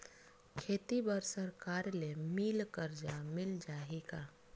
खेती बर सरकार ले मिल कर्जा मिल जाहि का?